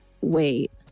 wait